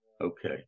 Okay